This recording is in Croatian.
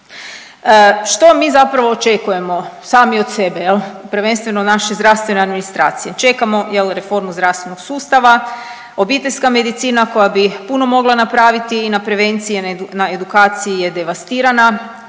Što mi zapravo očekujemo sami od sebe jel, prvenstveno od naše zdravstvene administracije? Čekamo jel reformu zdravstvenog sustava, obiteljska medicina koja bi puno mogla napraviti i na prevenciji i na edukaciji je devastirana,